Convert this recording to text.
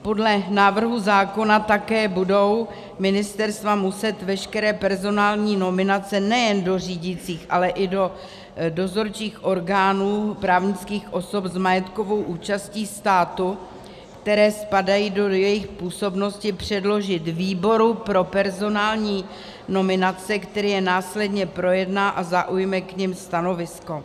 Podle návrhu zákona také budou ministerstva muset veškeré personální nominace nejen do řídících, ale i do dozorčích orgánů právnických osob s majetkovou účastí státu, které spadají do jejich působnosti, předložit výboru pro personální nominace, který je následně projedná a zaujme k nim stanovisko.